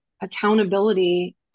accountability